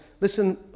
Listen